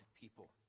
people